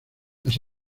las